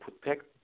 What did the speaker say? protect